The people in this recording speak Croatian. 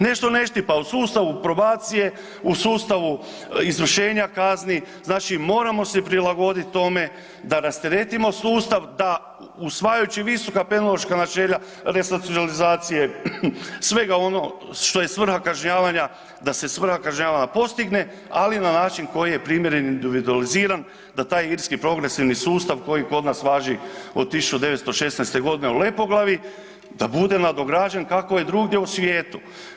Nešto ne štima u sustavu probacije, u sustavu izvršenja kazni, znači moramo se prilagoditi tome da rasteretimo sustav, da usvajajući visoka ... resocijalizacije, svega onoga što je svrha kažnjavanja da se svrha kažnjavanja postigne, ali na način koji je primjeren i individualiziran, da taj irski progresivni sustav koji kod nas važi od 1916. g. u Lepoglavi, da bude nadograđen kako je drugdje u svijetu.